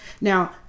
Now